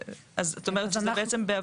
בעצם, את אומרת שזה בעבודה.